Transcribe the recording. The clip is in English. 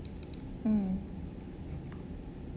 mm